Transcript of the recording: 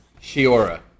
Shiora